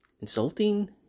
insulting